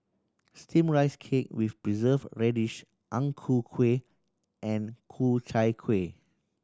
Steamed Rice Cake with Preserved Radish Ang Ku Kueh and Ku Chai Kuih